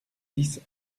dix